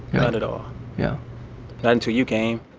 not at all yeah not until you came